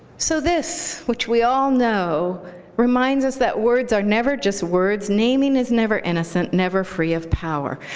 so this, which we all know reminds us that words are never just words, naming is never innocent, never free of power.